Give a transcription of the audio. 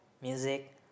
music